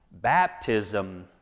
baptism